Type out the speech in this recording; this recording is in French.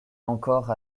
encore